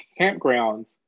campgrounds